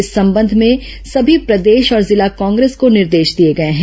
इस संबंध में सभी प्रदेश और जिला कांग्रेस को निर्देश दिए गए हैं